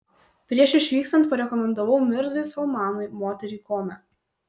prieš išvykstant parekomendavau mirzai salmanui moterį kome